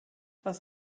was